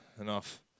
Enough